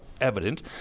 evident